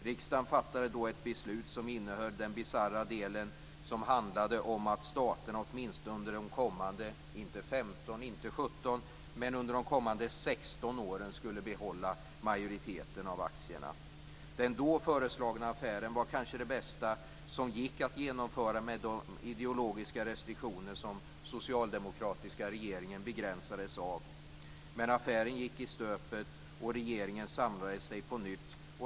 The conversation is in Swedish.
Riksdagen fattade då ett beslut som innehöll den bisarra delen som handlade om att staten åtminstone under de kommande - inte 15 och inte 17 - 16 Den då föreslagna affären var kanske den bästa som gick att genomföra med de ideologiska restriktioner som den socialdemokratiska regeringen begränsades av. Men affären gick i stöpet, och regeringen samlade sig på nytt.